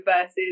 versus